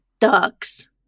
ducks